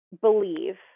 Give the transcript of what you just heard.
believe